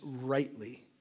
rightly